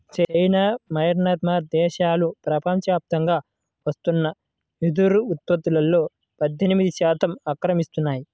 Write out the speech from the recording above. China, Myanmar దేశాలు ప్రపంచవ్యాప్తంగా వస్తున్న వెదురు ఉత్పత్తులో పద్దెనిమిది శాతం ఆక్రమిస్తున్నాయి